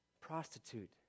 Prostitute